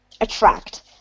attract